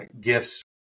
gifts